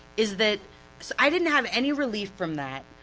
is that so i didn't have any relief from that,